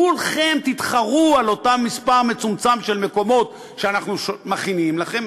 כולכם תתחרו על אותו מספר מצומצם של מקומות שאנחנו מכינים לכם,